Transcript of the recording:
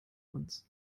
uns